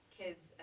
kids